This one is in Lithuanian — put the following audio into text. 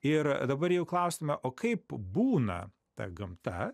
ir dabar jeigu klausiame o kaip būna ta gamta